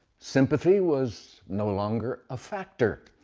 sympathy was no longer a factor.